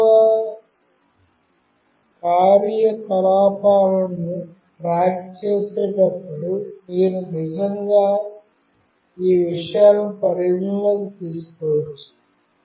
మానవ కార్యకలాపాలను ట్రాక్ చేసేటప్పుడు మీరు నిజంగా ఈ విషయాలన్నీ పరిగణనలోకి తీసుకోవచ్చు